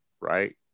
right